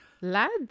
lads